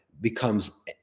becomes